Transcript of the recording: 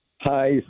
Hi